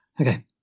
Okay